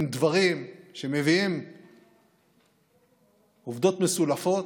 הם דברים שמביאים עובדות מסולפות,